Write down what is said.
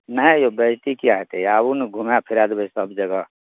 यौनहि बेइजत्ती किआ हेतै आबू ने घुमाए फिराए देबै सब जगह